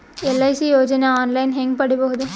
LIC ಯೋಜನೆ online ಹೇಂಗ ಪಡಿಬಹುದು?